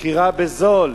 מכירה בזול,